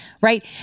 Right